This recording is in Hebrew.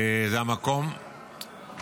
אחד הדוברים, זה המקום להזכיר